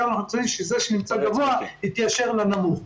אנחנו גם רוצים שמי שנמצא גבוה יתיישר לנמוך.